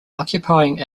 occupying